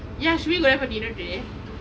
ya should we go there for dinner today